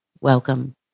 Welcome